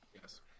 Yes